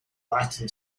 latin